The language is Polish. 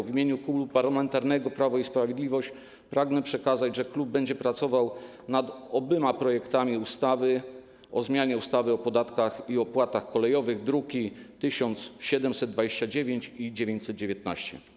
W imieniu Klubu Parlamentarnego Prawo i Sprawiedliwość pragnę przekazać, że klub będzie pracował nad oboma projektami ustaw o zmianie ustawy o podatkach i opłatach kolejowych, druki nr 1729 i 919.